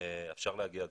אפשר להגיע גבוה.